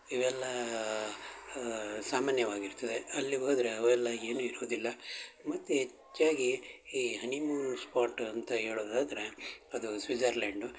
ಇವೆಲ್ಲ ಸಾಮಾನ್ಯವಾಗಿರ್ತದೆ ಅಲ್ಲಿ ಹೋದ್ರೆ ಅವೆಲ್ಲ ಏನು ಇರೋದಿಲ್ಲ ಮತ್ತು ಹೆಚ್ಚಾಗಿ ಈ ಹನಿಮೂನ್ ಸ್ಪಾಟ್ ಅಂತ ಹೇಳೋದಾದ್ರೆ ಅದು ಸ್ವಿಝರ್ಲ್ಯಾಂಡು